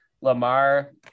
lamar